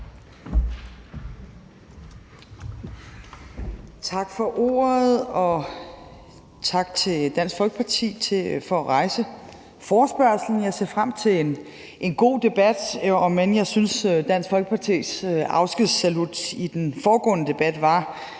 Tak for ordet, og tak til Dansk Folkeparti for at rejse forespørgslen. Jeg ser frem til en god debat, om end jeg synes, at Dansk Folkepartis afskedssalut i den foregående debat,